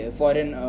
foreign